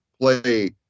play